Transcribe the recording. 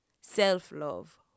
self-love